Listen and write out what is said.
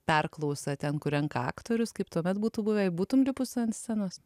perklausą ten kur renka aktorius kaip tuomet būtų buvę jei būtum lipusi ant scenos